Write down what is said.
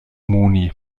moni